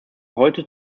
heute